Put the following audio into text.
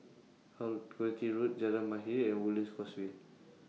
Quality Road Jalan Mahir and Woodlands Causeway